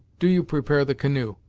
do you prepare the canoe,